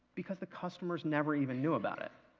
because the customers never even knew about it.